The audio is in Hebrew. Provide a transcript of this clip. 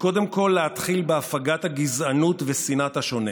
להתחיל בהפגת הגזענות ושנאת השונה.